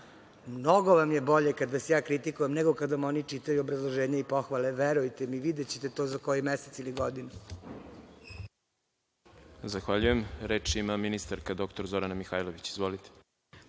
mnogo vam je bolje kada vas ja kritikujem, nego kada vam oni čitaju obrazloženje i pohvale, verujte mi. Videće to za koji mesec ili godinu. **Đorđe Milićević** Zahvaljujem. Reč ima ministarka dr Zorana Mihajlović. **Zorana